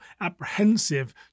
apprehensive